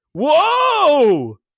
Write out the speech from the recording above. whoa